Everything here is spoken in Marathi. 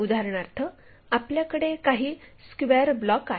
उदाहरणार्थ आपल्याकडे काही स्क्वेअर ब्लॉक आहेत